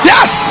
Yes